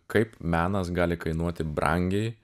kaip menas gali kainuoti brangiai